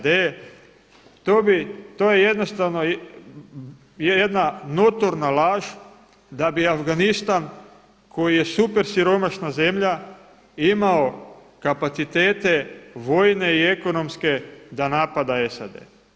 To bi, to je jednostavno jedna notorna laž da bi Afganistan koji je super siromašna zemlja imao kapacitete vojne i ekonomske da napada SAD.